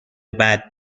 بعد